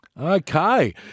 Okay